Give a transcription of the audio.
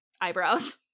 eyebrows